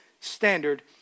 standard